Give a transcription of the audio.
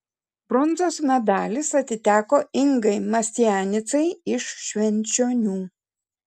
bronzos medalis atiteko ingai mastianicai iš švenčionių